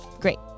Great